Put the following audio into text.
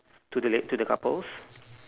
to the lake to the couples